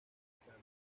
mexicano